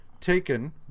taken